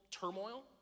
turmoil